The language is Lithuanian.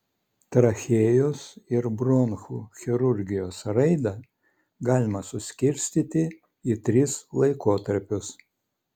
trachėjos ir bronchų chirurgijos raidą galima suskirstyti į tris laikotarpius